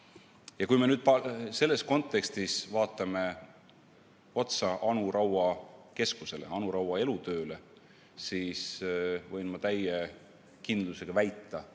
Ja kui me nüüd selles kontekstis vaatame otsa Anu Raua keskusele, Anu Raua elutööle, siis ma võin täie kindlusega väita,